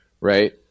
right